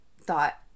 thought